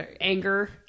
anger